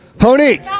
Honey